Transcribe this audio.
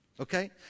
okay